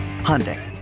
Hyundai